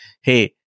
hey